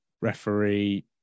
referee